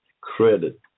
credit